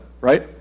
right